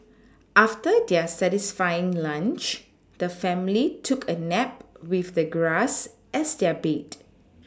after their satisfying lunch the family took a nap with the grass as their bed